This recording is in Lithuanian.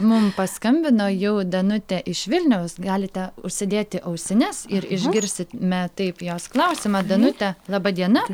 mum paskambino jau danutė iš vilniaus galite užsidėti ausines ir išgirsime taip jos klausimą danute laba diena